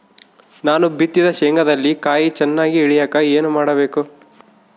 ನಾನು ಬಿತ್ತಿದ ಶೇಂಗಾದಲ್ಲಿ ಕಾಯಿ ಚನ್ನಾಗಿ ಇಳಿಯಕ ಏನು ಮಾಡಬೇಕು?